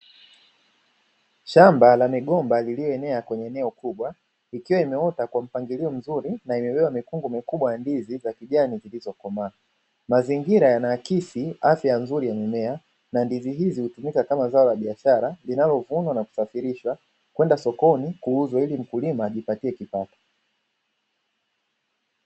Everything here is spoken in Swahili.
Shamba la migomba lililoenea kwenye eneo kubwa ikiwa imeota kwa mpangilio mzuri na imebeba mikungu mikubwa ya ndizi za kijani zilizokomaa, mazingira yanaakisi afya nzuri ya mimea na ndizi hizi hutumika kama zao la biashara linalovunwa na kusafirishwa kwenda sokoni kuuzwa ili mkulima ajipatie kipato.